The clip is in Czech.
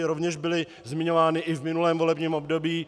Rovněž byly zmiňovány i v minulém volebním období.